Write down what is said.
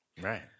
Right